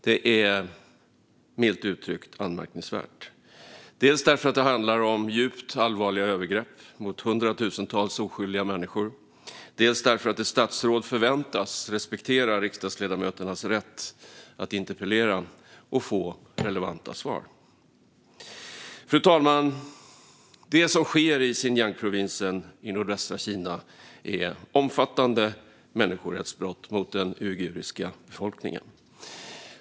Detta är milt uttryckt anmärkningsvärt, dels därför att det handlar om djupt allvarliga övergrepp mot hundratusentals oskyldiga människor, dels därför att ett statsråd förväntas respektera riksdagsledamöternas rätt att interpellera och få relevanta svar. Fru talman! Det som sker i Xinjiangprovinsen i nordvästra Kina är omfattande människorättsbrott mot den uiguriska befolkningen.